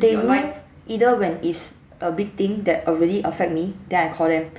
they might either when it's a big thing that err really affect me then I call them